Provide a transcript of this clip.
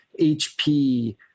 HP